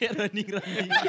running-running